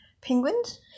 penguins